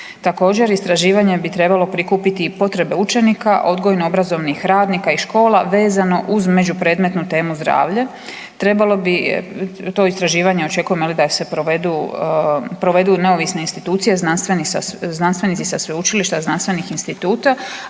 Također istraživanjem bi trebalo prikupiti i potrebe učenika odgojno obrazovnih radnika i škola vezano uz među predmetnu zdravlje, trebalo to istraživanje očekujemo da se provedu neovisne institucije znanstvenici sa sveučilišta znanstvenih instituta,